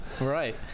Right